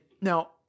now